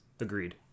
agreed